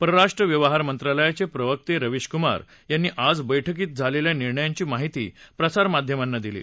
परराष्ट्र व्यवहार मंत्रालयाचे प्रवक्ते रविशकुमार यांनी आज बैठकीत झालेल्या निर्णायांची माहिती प्रसार माध्यमांना दिली